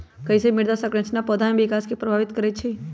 कईसे मृदा संरचना पौधा में विकास के प्रभावित करई छई?